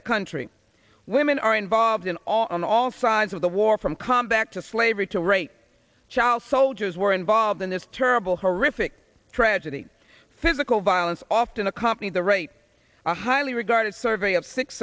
the country women are involved in on all sides of the war from come back to slavery to rate child soldiers were involved in this terrible horrific tragedy physical violence often accompanies the rate a highly regarded survey of six